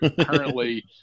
currently